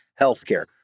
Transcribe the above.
healthcare